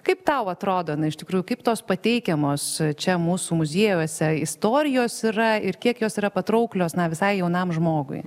kaip tau atrodo na iš tikrųjų kaip tos pateikiamos čia mūsų muziejuose istorijos yra ir kiek jos yra patrauklios na visai jaunam žmogui